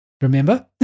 Remember